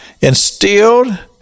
instilled